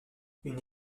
une